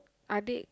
are they